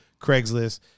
Craigslist